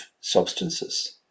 substances